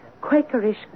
Quakerish